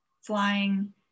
flying